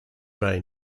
bay